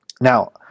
now